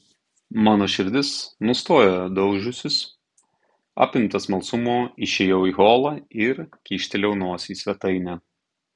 mano širdis nustojo daužiusis apimtas smalsumo išėjau į holą ir kyštelėjau nosį į svetainę